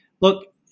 look